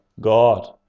God